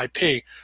IP